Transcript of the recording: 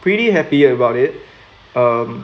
pretty happy about it um